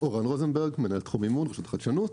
אורן רוזנברג, מנהל תחום מימון ברשות החדשנות.